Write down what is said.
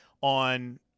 on